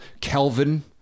kelvin